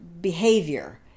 behavior